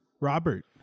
robert